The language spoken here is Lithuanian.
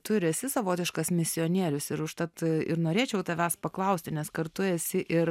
tu ir esi savotiškas misionierius ir užtat ir norėčiau tavęs paklausti nes kartu esi ir